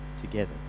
Together